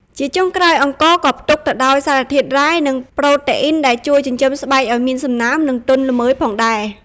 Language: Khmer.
ជាចុងក្រោយ អង្ករក៏ផ្ទុកទៅដោយសារធាតុរ៉ែ និងប្រូតេអ៊ីនដែលជួយចិញ្ចឹមស្បែកឱ្យមានសំណើម និងទន់ល្មើយផងដែរ។